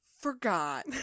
forgot